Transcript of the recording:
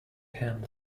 hand